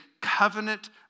covenant